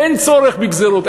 אין צורך בגזירות,